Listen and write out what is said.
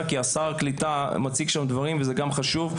כי שר הקליטה מציג שם דברים וזה גם חשוב.